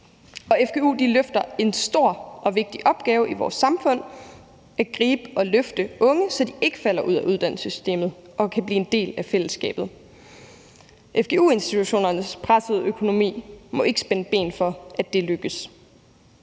Fgu løfter en stor og vigtig opgave i vores samfund: at gribe og løfte unge, så de ikke falder ud af uddannelsessystemet og kan blive en del af fællesskabet. Fgu-institutionernes pressede økonomi må ikke spænde ben for, at det lykkes.